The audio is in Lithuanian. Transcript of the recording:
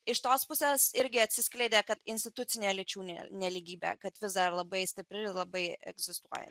iš tos pusės irgi atsiskleidė kad institucinę lyčių nelygybę kad vis dar labai stipri labai egzistuoja